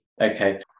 Okay